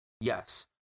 Yes